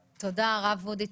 תודה, הרב אודי.